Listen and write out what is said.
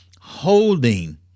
holding